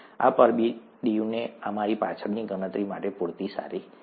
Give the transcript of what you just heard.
આ પરબિડીયુંની અમારી પાછળની ગણતરી માટે પૂરતી સારી છે